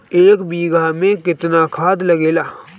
एक बिगहा में केतना खाद लागेला?